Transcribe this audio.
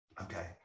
okay